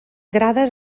grades